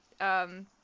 um-